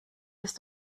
ist